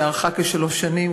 שארכה כשלוש שנים,